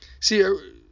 See